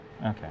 Okay